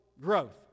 growth